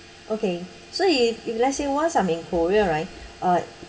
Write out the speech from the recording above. okay so if if let's say once I'm in korea right uh